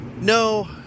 No